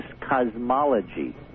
cosmology